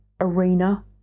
arena